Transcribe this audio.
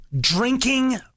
drinking